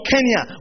Kenya